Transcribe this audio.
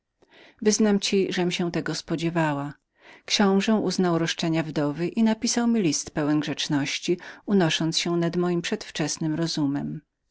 wyznam ci żem się tego spodziewała książe przychylił się do żądania wdowy i napisał mi list pełen grzeczności unosząc się nad moim rozumem